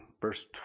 verse